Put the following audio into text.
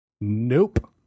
Nope